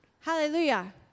Hallelujah